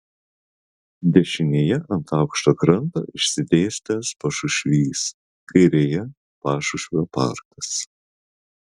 dešinėje ant aukšto kranto išsidėstęs pašušvys kairėje pašušvio parkas